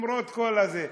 למרות כל זה.